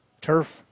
turf